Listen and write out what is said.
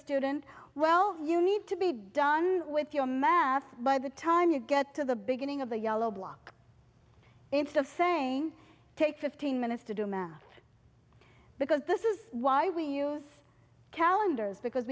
student well you need to be done with your math by the time you get to the beginning of the yellow block instead of saying take fifteen minutes to do math because this is why we use calendars because